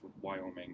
Wyoming